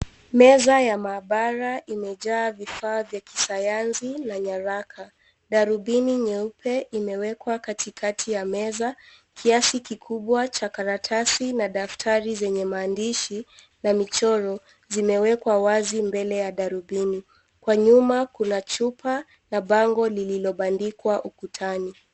Meza ya maabara imejaa vifaa vya kisayansi na nyaraka. Darubini nyeupe imewekwa katikati ya meza, kiasi kikubwa cha karatasi na daftari zenye maandishi na michoro zimewekwa wazi mbele ya darubini. Kwa nyuma, kuna chupa na bango lililobandikwa ukutani.